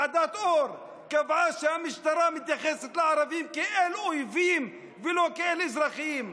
קבעה שהמשטרה מתייחסת לערבים כאל אויבים ולא כאל אזרחים.